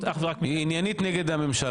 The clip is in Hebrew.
אך ורק --- היא עניינית רק נגד הממשלה.